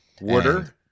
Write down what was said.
water